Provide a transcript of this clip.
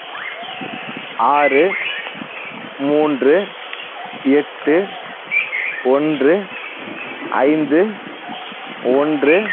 ஆறு மூன்று எட்டு ஒன்று ஐந்து ஒன்று